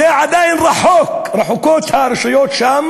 זה עדיין רחוק, רחוקות הרשויות שם